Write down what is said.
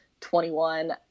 21